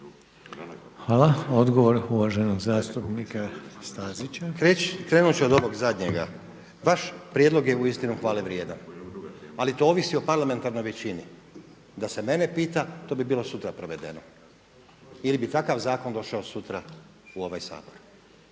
Hvala. Odgovor uvaženog zastupnika Stazića. Krenuti ću od ovog zadnjega, vaš prijedlog je uistinu hvale vrijedan ali to ovisi o parlamentarnoj većini, da se mene pita to bi bilo sutra provedeno jer bi takav zakon došao sutra u ovaj Sabor.